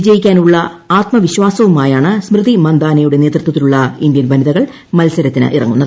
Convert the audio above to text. വിജയിക്കാനുള്ള ആത്മവിശ്വസവുമായാണ് സ്മൃതി മന്ദാനയുടെ നേതൃത്വത്തിലുള്ള ഇന്ത്യൻ വനിതകൾ മൽസരത്തിനിറങ്ങുന്നത്